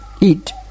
eat